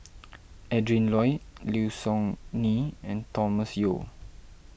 Adrin Loi Low Siew Nghee and Thomas Yeo